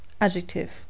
Adjective